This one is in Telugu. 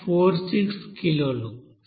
46 కిలోలు